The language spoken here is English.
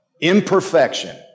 Imperfection